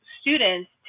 students